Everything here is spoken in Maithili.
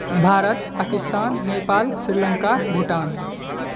भारत पाकिस्तान नेपाल श्री लंका भूटान